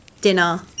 dinner